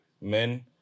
Men